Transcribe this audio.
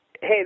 hey